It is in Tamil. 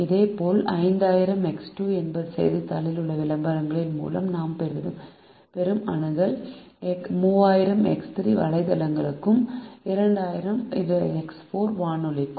இதேபோல் 5000 X2 என்பது செய்தித்தாளில் உள்ள விளம்பரங்களின் மூலம் நாம் பெறும் அணுகல் 3000 X3 வலைத்தளங்களுக்கும் 2000 X4 வானொலிக்கும்